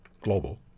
Global